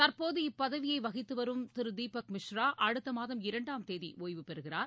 தற்போது இப்பதவியை வகித்துவரும் திரு தீபக் மிஸ்ரா அடுத்த மாதம் இரண்டாம் தேதி ஒய்வு பெறுகிறார்